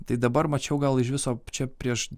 tai dabar mačiau gal iš viso čia prieš